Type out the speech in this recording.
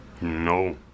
No